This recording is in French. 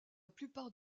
plupart